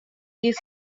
this